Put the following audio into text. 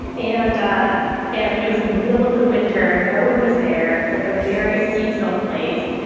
and and it was in the middle of the winter, no one was there, it's like a very seasonal place,